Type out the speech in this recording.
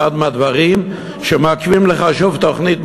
זה אחד מהדברים שמעכבים לך שוב תוכנית מאושרת,